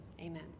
Amen